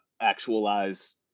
actualize